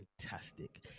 fantastic